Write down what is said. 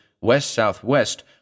west-south-west